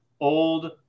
old